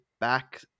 back